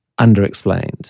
underexplained